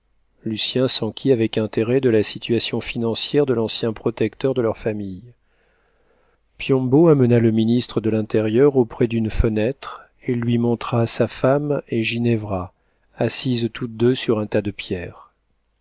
lucien s'enquit avec intérêt de la situation financière de l'ancien protecteur de leur famille piombo amena le ministre de l'intérieur auprès d'une fenêtre et lui montra sa femme et ginevra assises toutes deux sur un tas de pierres